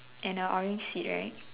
and a orange seat right